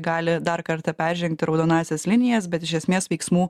gali dar kartą peržengti raudonąsias linijas bet iš esmės veiksmų